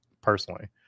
personally